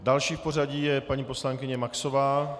Další v pořadí je paní poslankyně Maxová.